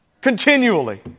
Continually